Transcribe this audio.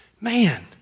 man